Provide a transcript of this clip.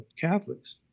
Catholics